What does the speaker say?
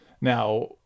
Now